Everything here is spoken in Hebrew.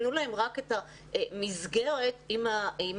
תנו להם רק את המסגרת עם המגבלות.